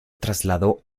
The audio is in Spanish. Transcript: trasladó